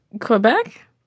quebec